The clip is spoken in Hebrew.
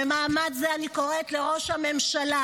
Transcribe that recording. במעמד זה אני קוראת לראש הממשלה,